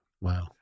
Wow